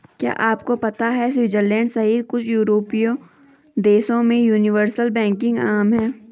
क्या आपको पता है स्विट्जरलैंड सहित कुछ यूरोपीय देशों में यूनिवर्सल बैंकिंग आम है?